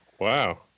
Wow